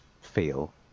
feel